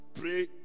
pray